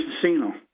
Casino